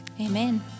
Amen